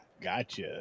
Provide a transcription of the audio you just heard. gotcha